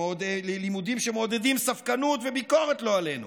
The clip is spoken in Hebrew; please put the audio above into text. לימודים שמעודדים ספקנות וביקורת, לא עלינו,